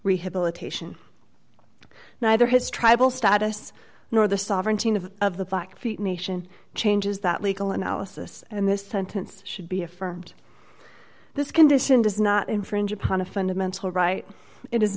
rehabilitation neither his tribal status nor the sovereignty of the feet nation changes that legal analysis in this sentence should be affirmed this condition does not infringe upon a fundamental right it is